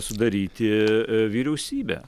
sudaryti vyriausybę